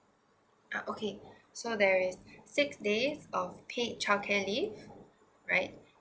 ah okay so there is six day of paid childcare leave right